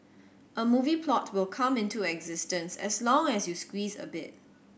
a movie plot will come into existence as long as you squeeze a bit